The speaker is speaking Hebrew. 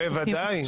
בוודאי.